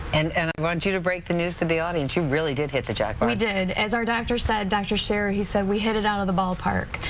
and and i want you to break the news to the audience. you really did hit the jackpot. we did. as our doctor said, dr. sherry, he said, we hit it out of the ballpark.